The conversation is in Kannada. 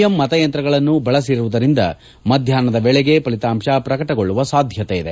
ಎಂ ಮತೆಯಂತ್ರಗಳನ್ನು ಬಳಸಿರುವುದರಿಂದ ಮಧ್ಯಾಹ್ನದ ವೇಳೆಗೆ ಫಲಿತಾಂಶ ಪ್ರಕಟಗೊಳ್ಳುವ ಸಾಧ್ಯತೆ ಇದೆ